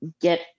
get